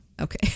Okay